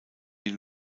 die